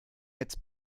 jetzt